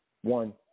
One